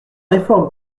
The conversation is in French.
réforme